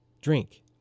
drink